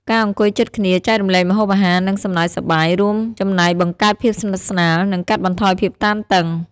ការអង្គុយជិតគ្នា ចែករំលែកម្ហូបអាហារ និងសំណើចសប្បាយ រួមចំណែកបង្កើតភាពស្និទ្ធស្នាល និងកាត់បន្ថយភាពតានតឹង។